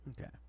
Okay